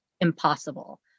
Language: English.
impossible